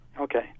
Okay